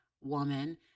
woman